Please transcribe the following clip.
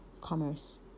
commerce